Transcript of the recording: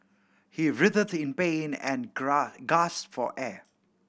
he writhed in pain and for air